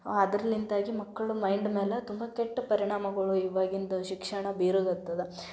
ಅದ್ರ್ಲಿಂದಾಗಿ ಮಕ್ಳು ಮೈಂಡ್ ಮೇಲೆ ತುಂಬ ಕೆಟ್ಟ ಪರಿಣಾಮಗಳು ಈವಾಗಿಂದು ಶಿಕ್ಷಣ ಬೀರುತ್ತದೆ